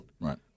Right